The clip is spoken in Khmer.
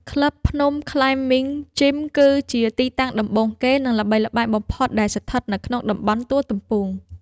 ក្លឹប ភ្នំ ក្លាយមីង ជីម គឺជាទីតាំងដំបូងគេ និងល្បីល្បាញបំផុតដែលស្ថិតនៅក្នុងតំបន់ទួលទំពូង។